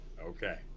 Okay